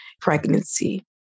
pregnancy